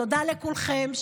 תודה לכולכם.